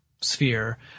sphere